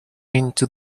into